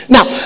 Now